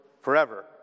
forever